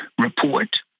report